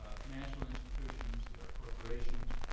ah financial institutions, their corporations,